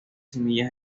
semillas